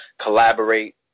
collaborate